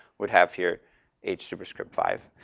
we'd have here h superscript five.